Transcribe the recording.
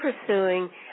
pursuing